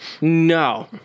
no